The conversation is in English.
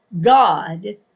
God